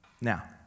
Now